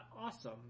awesome